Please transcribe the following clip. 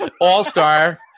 All-Star